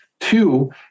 Two